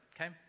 okay